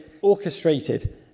orchestrated